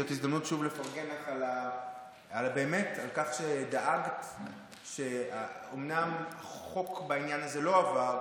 זו שוב הזדמנות לפרגן לך על כך שדאגת אומנם חוק בעניין הזה לא עבר,